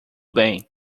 bem